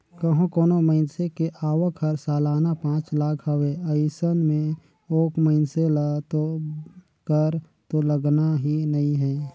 कंहो कोनो मइनसे के आवक हर सलाना पांच लाख हवे अइसन में ओ मइनसे ल तो कर तो लगना ही नइ हे